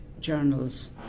journals